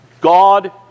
God